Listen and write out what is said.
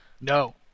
No